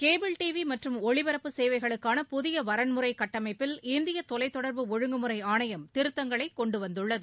cable TV மற்றும் ஒளிபரப்பு சேவைகளுக்கான புதிய வரன்முறை கட்டமைப்பில் இந்திய தொலைத் தொடர்பு ஒழுங்குமுறை ஆணையம் திருத்தங்களை கொண்டு வந்துள்ளது